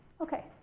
Okay